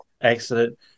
Excellent